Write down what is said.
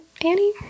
Annie